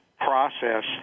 process